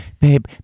babe